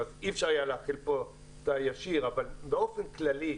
אז אי אפשר היה להחיל פה את הישיר אבל באופן כללי,